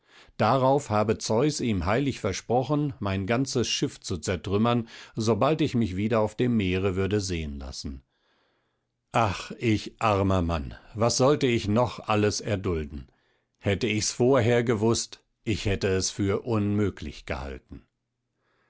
darauf habe zeus ihm heilig versprochen mein ganzes schiff zu zertrümmern sobald ich mich wieder auf dem meere würde sehen lassen ach ich armer mann was sollte ich noch alles erdulden hätte ich's vorher gewußt ich hätte es für unmöglich gehalten